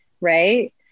right